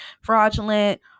fraudulent